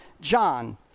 John